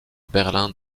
berlin